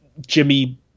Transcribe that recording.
Jimmy